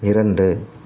இரண்டு